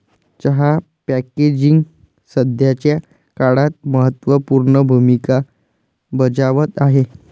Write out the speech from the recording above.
चहा पॅकेजिंग सध्याच्या काळात महत्त्व पूर्ण भूमिका बजावत आहे